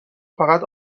فقط